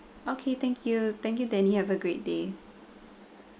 okay thank you thank you denny have a great day